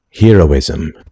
Heroism